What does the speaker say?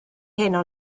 heno